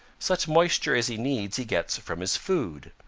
such moisture as he needs he gets from his food.